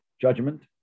judgment